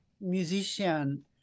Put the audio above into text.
musician